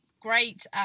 great